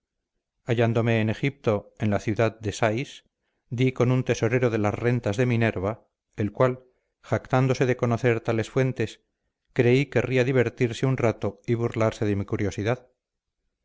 hallándome en egipto en la ciudad de sais di con un tesorero de las rentas de minerva el cual jactándose de conocer tales fuentes creí querría divertirse un rato y burlarse de mi curiosidad